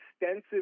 extensive